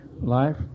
life